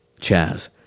Chaz